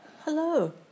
Hello